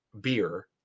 beer